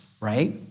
right